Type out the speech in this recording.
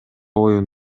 оюн